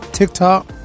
TikTok